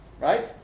right